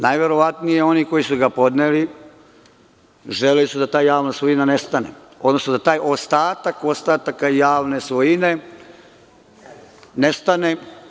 Najverovatnije oni koji su ga podneli želeli su da ta javna svojina nestane, odnosno da taj ostatak ostataka javne svojine nestane.